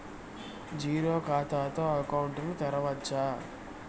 Zero ఖాతా తో account ను తెరవచ్చా?